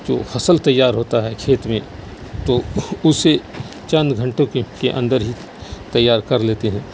جو فصل تیار ہوتا ہے کھیت میں تو اسے چند گھنٹوں کے کے اندر ہی تیار کر لیتے ہیں